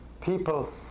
people